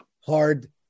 hard